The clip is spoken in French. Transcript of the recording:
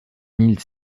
mille